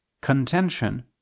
contention